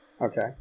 Okay